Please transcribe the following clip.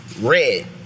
red